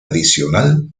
adicional